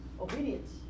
obedience